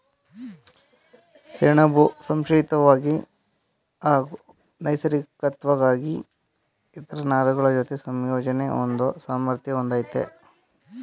ಸೆಣಬು ಸಂಶ್ಲೇಷಿತ್ವಾಗಿ ಹಾಗೂ ನೈಸರ್ಗಿಕ್ವಾಗಿ ಇತರ ನಾರುಗಳಜೊತೆ ಸಂಯೋಜನೆ ಹೊಂದೋ ಸಾಮರ್ಥ್ಯ ಹೊಂದಯ್ತೆ